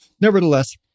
Nevertheless